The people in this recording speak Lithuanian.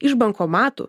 iš bankomatų